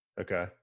Okay